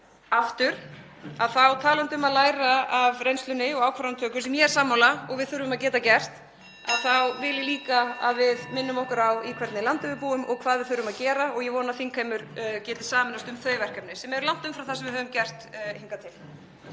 aftur: Talandi um að læra af reynslunni og ákvarðanatökunni, sem ég er sammála og við þurfum að geta gert, (Forseti hringir.) þá vil ég líka að við minnum okkur á í hvernig landi við búum og hvað við þurfum að gera. Ég vona að þingheimur geti sameinast um þau verkefni sem eru langt umfram það sem við höfum gert hingað til.